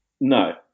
no